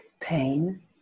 pain